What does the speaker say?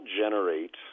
generate